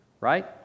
right